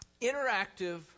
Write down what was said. interactive